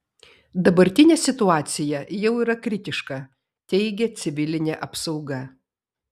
dabartinė situacija jau yra kritiška teigia civilinė apsauga